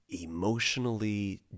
emotionally